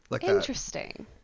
Interesting